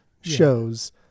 shows